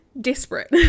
desperate